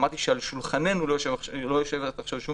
אמרתי שעל שולחננו לא יושבת עכשיו שום